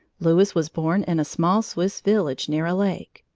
louis was born in a small swiss village near a lake.